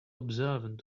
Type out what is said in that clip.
observant